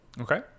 Okay